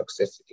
toxicity